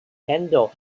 handle